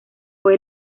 fue